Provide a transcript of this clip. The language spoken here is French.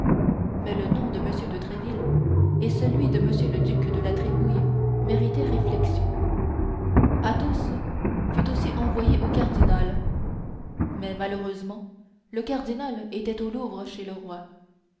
mais le nom de m de tréville et celui de m le duc de la trémouille méritaient réflexion athos fut aussi envoyé au cardinal mais malheureusement le cardinal était au louvre chez le roi